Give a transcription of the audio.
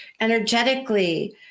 energetically